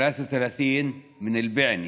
33, בענה,